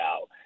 out